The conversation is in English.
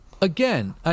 again